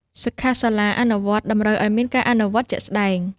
សិក្ខាសាលាអនុវត្តន៍តម្រូវឲ្យមានការអនុវត្តជាក់ស្ដែង។